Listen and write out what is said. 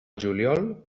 juliol